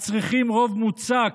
מצריכים רוב מוצק,